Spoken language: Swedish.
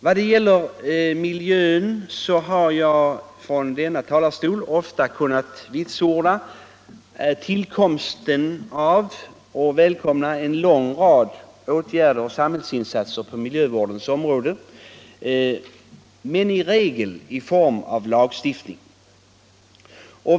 Vad det gäller miljövården har jag från denna talarstol ofta kunnat vitsorda och välkomna tillkomsten av en lång rad åtgärder och samhällsinsatser på miljövårdens område, dock som regel i form av lagstiftning.